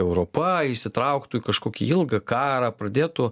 europa įsitrauktų į kažkokį ilgą karą pradėtų